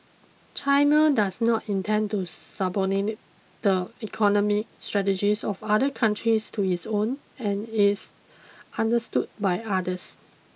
China does not intend to subordinate the economic strategies of other countries to its own and is understood by others